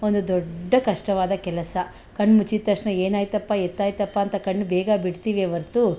ಒಂದು ದೊಡ್ಡ ಕಷ್ಟವಾದ ಕೆಲಸ ಕಣ್ಣು ಮುಚ್ಚಿದ ತಕ್ಷಣ ಏನಾಯ್ತಪ್ಪಾ ಎತ್ತಾಯ್ತಪ್ಪಾ ಅಂತ ಕಣ್ಣು ಬೇಗ ಬಿಡ್ತೀವೇ ಹೊರ್ತು